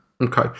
okay